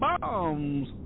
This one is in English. bombs